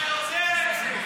אתה יודע את זה.